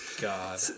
God